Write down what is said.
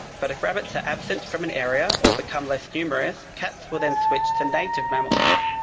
but if rabbits are absent from an area or become less numerous, cats will then switch to native mammals.